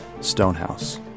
Stonehouse